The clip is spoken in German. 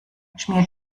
schmier